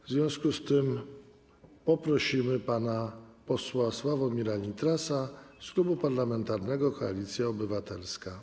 W związku z tym poprosimy pana posła Sławomira Nitrasa z Klubu Parlamentarnego Koalicja Obywatelska.